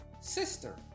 Sister